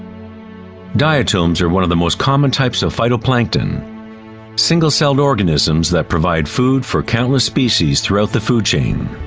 diatoms are one of the most common types of phytoplankton single celled organisms that provide food for countless species throughout the food chain.